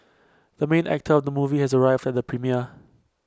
the main actor of the movie has arrived at the premiere